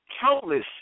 countless